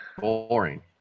boring